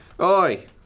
Oi